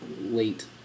late